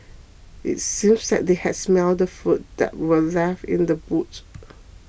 it seemed that they had smelt the food that were left in the boot